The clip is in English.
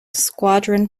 squadron